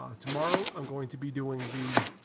ah tomorrow i'm going to be doing the,